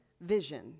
vision